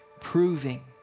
proving